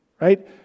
right